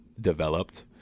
developed